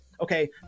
okay